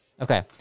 Okay